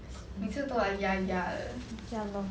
每次都 like ya ya 的